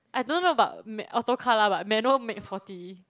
I don't know about ma~ auto car lah but manual max forty